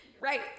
right